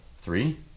Three